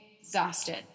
exhausted